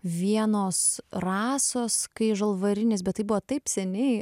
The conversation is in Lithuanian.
vienos rasos kai žalvarinis bet tai buvo taip seniai